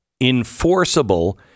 enforceable